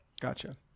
gotcha